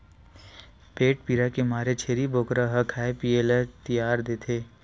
पेट पीरा के मारे छेरी बोकरा ह खाए पिए ल तियाग देथे